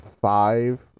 five